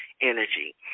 energy